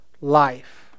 life